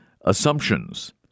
assumptions